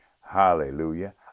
hallelujah